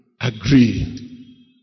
agree